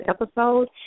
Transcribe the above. episode